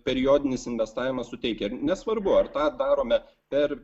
periodinis investavimas suteikia nesvarbu ar tą darome per